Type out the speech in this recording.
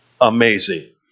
amazing